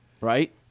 right